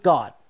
God